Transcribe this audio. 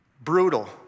brutal